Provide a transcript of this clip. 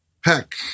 heck